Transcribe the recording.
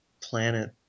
planet